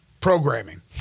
programming